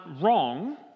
wrong